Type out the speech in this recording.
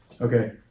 Okay